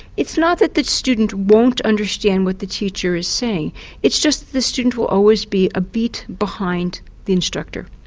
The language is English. it's not that the student won't understand what the teacher is saying it's just the student will always be a beat behind the instructor.